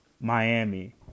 Miami